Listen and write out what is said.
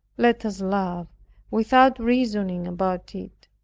let us love without reasoning about it,